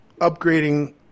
upgrading